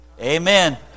Amen